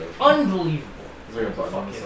Unbelievable